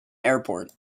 airport